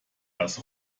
das